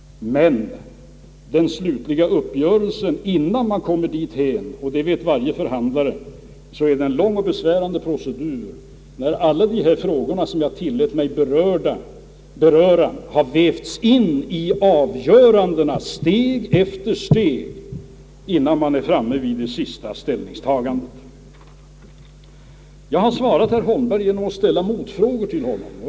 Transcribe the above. Innan man har kommit dithän — och det vet varje förhandlare — är det en lång och besvärlig procedur, där alla de frågor som jag tillät mig att beröra har vävts in i avgörandena steg för steg innan man är framme vid det sista ställningstagandet. Jag har nu svarat herr Holmberg genom att ställa motfrågor till honom.